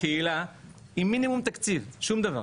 בקהילה עם מינימום תקציב, שום דבר.